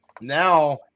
Now